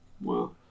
Wow